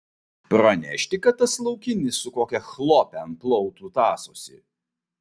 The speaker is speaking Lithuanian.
pranešti kad tas laukinis su kokia chlope ant plautų tąsosi